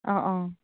অঁ অঁ